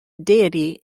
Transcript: deity